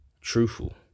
truthful